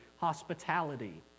hospitality